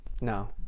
No